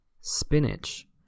spinach